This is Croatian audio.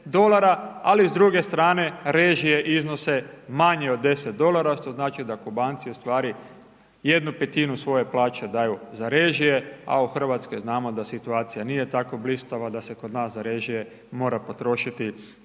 ali s druge strane režije iznose manje od 10 dolara, što znači da Kubanci u stvari 1/5 svoje plaće daju za režije, a u Hrvatskoj znamo da situacija nije tako blistava da se kod nas za režije mora potrošiti